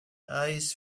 eyes